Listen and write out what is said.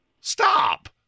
Stop